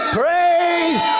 praise